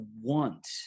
want